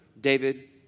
David